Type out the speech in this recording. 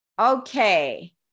Okay